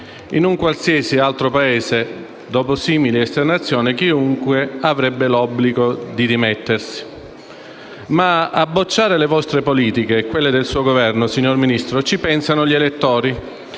In un qualsiasi altro Paese, dopo simili esternazioni chiunque avrebbe l'obbligo di dimettersi. Ma a bocciare le vostre politiche e quelle del suo Governo, signor Ministro, ci pensano gli elettori,